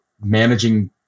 managing